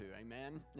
Amen